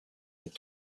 les